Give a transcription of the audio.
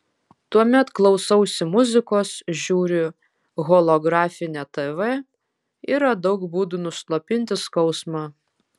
tuomet klausausi muzikos žiūriu holografinę tv yra daug būdų nuslopinti skausmą